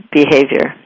behavior